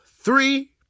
three